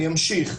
אני אמשיך,